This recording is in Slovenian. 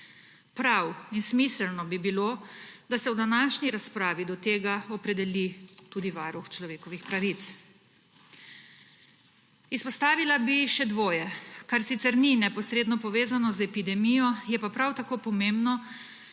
Prav in smiselno bi bilo, da se v današnji razpravi do tega opredeli tudi Varuh človekovih pravic. Izpostavila bi še dvoje, kar sicer ni neposredno povezano z epidemijo, je pa prav tako pomembno,